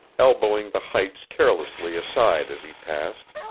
elbowing the heights carelessly aside as he passed,